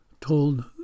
Told